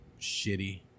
shitty